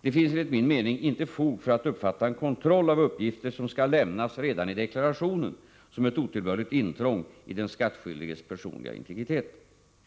Det finns enligt min mening inte fog för att uppfatta en kontroll av uppgifter som skall lämnas redan i deklarationen som ett otillbörligt intrång i den skattskyldiges personliga integritet.